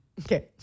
Okay